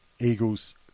Eagles